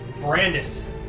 Brandis